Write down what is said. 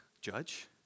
judge